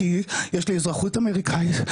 כי יש לי אזרחות אמריקאית,